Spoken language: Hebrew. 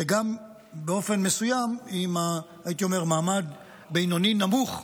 וגם באופן מסוים, הייתי אומר, למעמד הבינוני-נמוך,